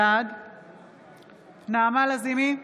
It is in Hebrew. בעד נעמה לזימי,